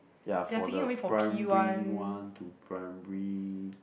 ya for the primary one to primary